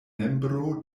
membro